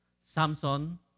Samson